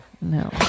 No